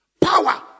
Power